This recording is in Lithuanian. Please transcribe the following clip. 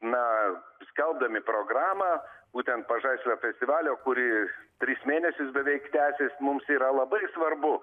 na skelbdami programą būtent pažaislio festivalio kuri tris mėnesius beveik tęsis mums yra labai svarbu